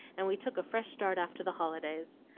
and we took a fresh start after the holidays.